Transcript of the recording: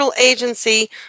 agency